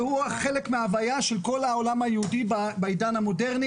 שהוא חלק מההוויה של כל העולם היהודי בעידן המודרני,